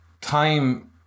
time